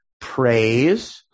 praise